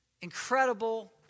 incredible